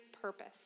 purpose